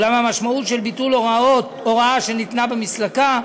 אולם המשמעות של ביטול הוראה שניתנה במסלקה,